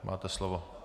Máte slovo.